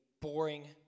boring